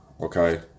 Okay